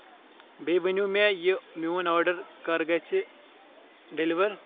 بیٚیہِ ؤنِو مےٚ یہِ میون آرڈر کر گژھِ ڈیلور